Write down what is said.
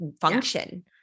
function